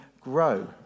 grow